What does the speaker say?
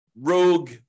rogue